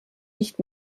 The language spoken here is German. nicht